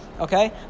Okay